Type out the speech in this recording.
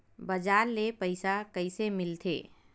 बजार ले पईसा कइसे मिलथे?